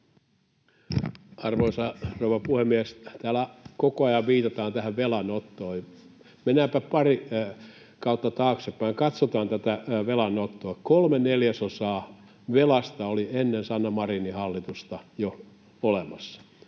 Arvoisa rouva puhemies! Täällä koko ajan viitataan tähän velanottoon. Mennäänpä pari kautta taaksepäin, katsotaan tätä velanottoa. Kolme neljäsosaa velasta oli olemassa jo ennen Sanna Marinin hallitusta, yksi